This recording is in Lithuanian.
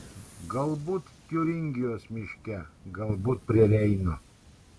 galbūt tiuringijos miške galbūt prie reino